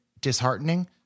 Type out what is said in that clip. disheartening